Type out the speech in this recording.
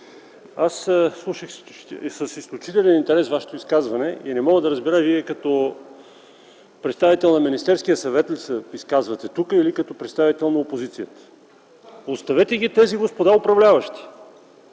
Аз слушах с изключителен интерес Вашето изказване и не мога да разбера Вие като представител на Министерския съвет ли се изказвате тук или като представител на опозицията? Оставете ги тези господа управляващи.